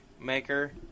maker